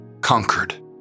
conquered